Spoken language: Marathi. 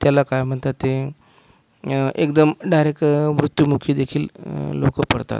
त्याला काय म्हणतात ते एकदम डायरेक्ट मृत्युमुखीदेखील लोकं पडतात